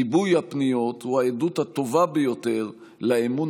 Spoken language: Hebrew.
ריבוי הפניות הוא העדות הטובה ביותר לאמון